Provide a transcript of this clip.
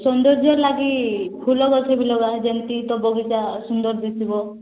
ସୌନ୍ଦର୍ଯ୍ୟ ଲାଗି ଫୁଲ ଗଛ ବି ଲଗା ଯେମିତି ତୋ' ବଗିଚା ସୁନ୍ଦର ଦିଶିବ